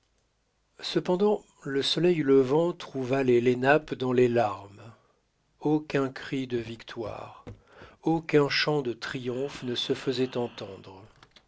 cependant le soleil levant trouva les lenapes dans les larmes aucun cri de victoire aucun chant de triomphe ne se faisait entendre